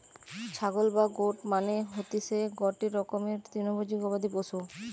ছাগল বা গোট মানে হতিসে গটে রকমের তৃণভোজী গবাদি পশু